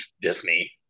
Disney